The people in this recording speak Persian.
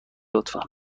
لطفا